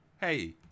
Hey